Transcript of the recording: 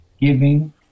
Giving